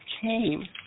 came